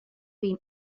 been